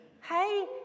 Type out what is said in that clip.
Hey